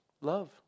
love